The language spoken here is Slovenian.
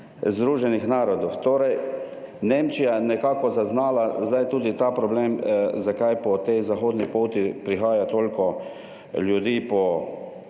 Združenih narodov. Torej, Nemčija je nekako zaznala. Zdaj tudi ta problem, zakaj po tej zahodni poti prihaja toliko ljudi po